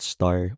Star